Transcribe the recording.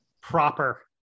proper